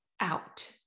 out